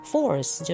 Force